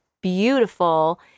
beautiful